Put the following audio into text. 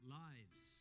lives